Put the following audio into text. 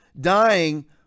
dying